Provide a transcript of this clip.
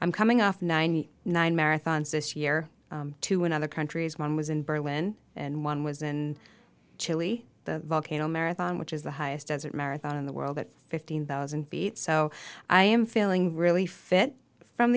i'm coming off ninety nine marathons this year too in other countries one was in berlin and one was in chile the volcano marathon which is the highest as it marathon in the world that fifteen thousand feet so i am feeling really fit from